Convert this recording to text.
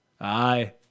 Aye